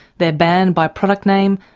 they're banned by product name,